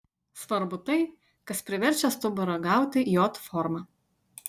svarbu tai kas priverčia stuburą gauti j formą